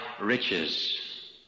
riches